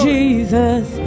Jesus